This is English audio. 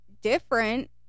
different